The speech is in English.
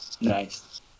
Nice